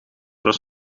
was